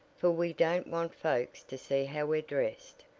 for we don't want folks to see how we're dressed,